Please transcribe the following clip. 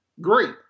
great